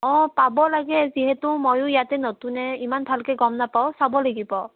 অঁ পাব লাগে যিহেতু মইয়ো ইয়াতে নতুনেই ইমান ভালকৈ গম নাপাওঁ চাব লাগিব